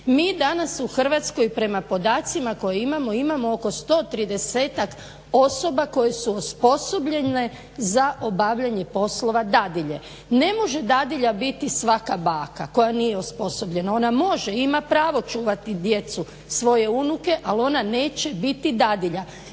Mi danas u Hrvatskoj prema podacima koje imamo imamo oko 130-ak osoba koje su osposobljene za obavljanje poslova dadilje. Ne može dadilja biti svaka baka koja nije osposobljena. Ona može, ima pravo čuvati djecu svoje unuke ali ona neće biti dadilja.